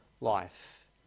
life